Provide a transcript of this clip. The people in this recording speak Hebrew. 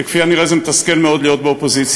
שכפי הנראה זה מתסכל מאוד להיות באופוזיציה,